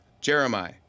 Jeremiah